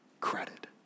credit